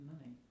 money